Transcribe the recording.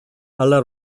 alla